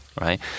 right